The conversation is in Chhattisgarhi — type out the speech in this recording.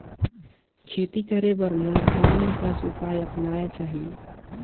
खेती करे बर मोला कोन कस उपाय अपनाये चाही?